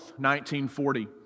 1940